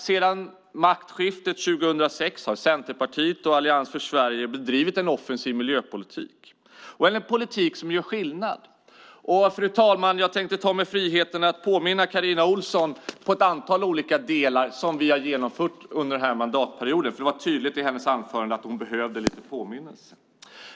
Sedan maktskiftet 2006 har Centerpartiet och Allians för Sverige bedrivit en offensiv miljöpolitik. Det är en politik som gör skillnad. Fru talman! Jag tänkte ta mig friheten att påminna Carina Ohlsson om ett antal olika delar som vi har genomfört under den här mandatperioden. Det var tydligt i hennes anförande att hon behöver lite påminnelse.